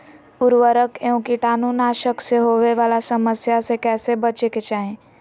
उर्वरक एवं कीटाणु नाशक से होवे वाला समस्या से कैसै बची के चाहि?